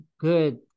good